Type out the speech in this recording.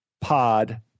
pod